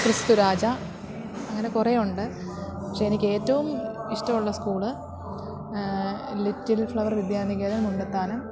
ക്രിസ്തുരാജ അങ്ങനെ കുറെയുണ്ട് പക്ഷെ എനിക്കേറ്റോം ഇഷ്ടമുള്ള school little flower Vidyaniketan Mundathanam